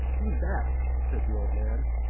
who's that? said the old man.